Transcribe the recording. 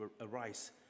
arise